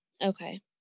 Okay